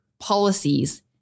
policies